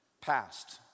past